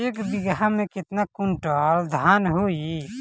एक बीगहा में केतना कुंटल धान होई?